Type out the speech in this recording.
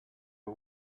but